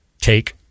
take